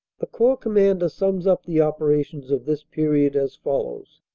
the corps commander sums up the operations of this period as follows